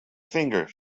finger